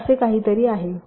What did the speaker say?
हे असे काहीतरी आहे